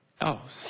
else